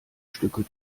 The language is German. stücke